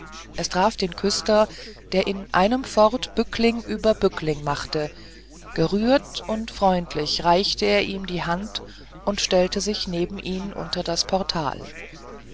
es traf den küster der in einem fort bückling über bückling machte gerührt und freundlich reichte er ihm die hand und stellte sich neben ihn unter das portal